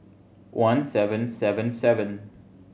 one seven seven seven